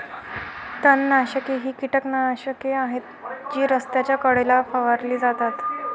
तणनाशके ही कीटकनाशके आहेत जी रस्त्याच्या कडेला फवारली जातात